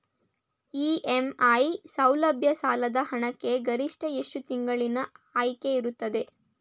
EMI ಸೌಲಭ್ಯ ಸಾಲದ ಹಣಕ್ಕೆ ಗರಿಷ್ಠ ಎಷ್ಟು ತಿಂಗಳಿನ ಆಯ್ಕೆ ಇರುತ್ತದೆ?